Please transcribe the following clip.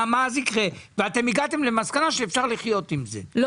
מה אז יקרה ואתם הגעתם למסקנה שאפשר לחיות עם זה,